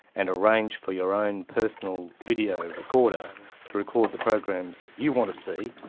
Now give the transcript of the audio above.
and arrange for your own personal video recorder to record the programs you want to see,